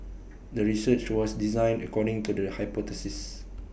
the research was designed according to the hypothesis